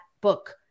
book